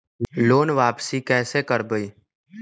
Loan वापसी कैसे करबी?